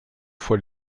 fois